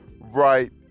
right